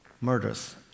murders